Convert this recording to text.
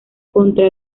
contra